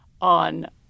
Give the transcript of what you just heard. on